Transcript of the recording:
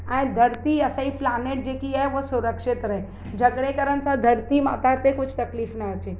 ऐं धरती असांजी प्लानिट जेकी आहे उहा सुरक्षित रहे झगिड़े करन सां धरती माता ते कुझु तकलीफ़ न अचे